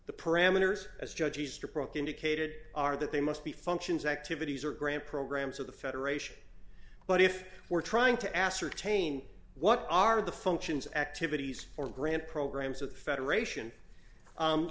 the parameters as judge easterbrook indicated are that they must be functions activities or grant programs of the federation but if we're trying to ascertain what are the functions activities or grant programs of the federation